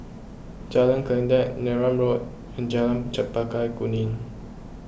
Jalan Kledek Neram Road and Jalan Chempaka Kuning